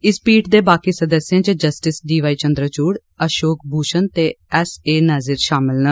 इस पीठ दे बाकी सदस्यें च justice D Y Chandrachud Ashok Bhushan ते एस ए नाजीर शामल न